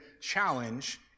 challenge